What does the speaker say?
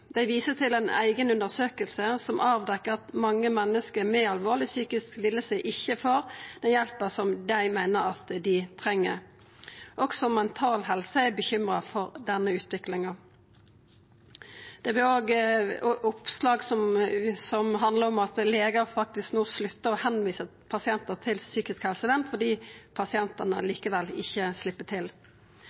Dei viser til ei eiga undersøking som avdekkjer at mange menneske med alvorleg psykisk liding ikkje får den hjelpa som dei meiner at dei treng. Også Mental Helse er bekymra for denne utviklinga. Det er oppslag som handlar om at legar no faktisk sluttar å tilvisa pasientar til psykisk helsevern, fordi pasientane likevel ikkje slepp til.